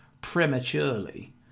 prematurely